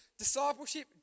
Discipleship